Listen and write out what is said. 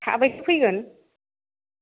साबैसे फैगोन